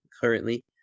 Currently